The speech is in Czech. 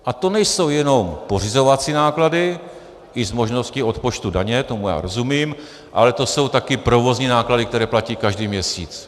A to nejsou jenom pořizovací náklady i s možností odpočtu daně, tomu já rozumím, ale to jsou také provozní náklady, které platí každý měsíc.